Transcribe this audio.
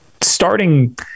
starting